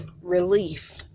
relief